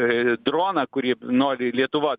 droną kurį nori lietuva